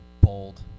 bold